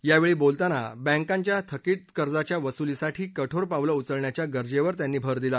यावेळी बोलताना बँकांच्या थकित कर्जांच्या वसुलीसाठी कठोर पावलं उचलण्याच्या गरजेवर त्यांनी भर दिला